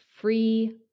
free